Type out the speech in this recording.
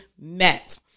met